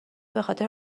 بخاطر